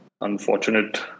Unfortunate